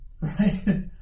Right